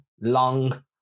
long